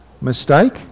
mistake